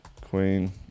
queen